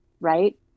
right